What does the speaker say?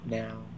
now